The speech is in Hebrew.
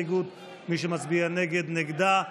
שמצביע נגד, נגדה.